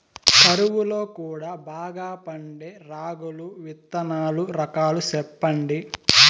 కరువు లో కూడా బాగా పండే రాగులు విత్తనాలు రకాలు చెప్పండి?